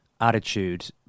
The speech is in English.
attitude